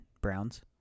Browns